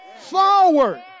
forward